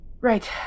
Right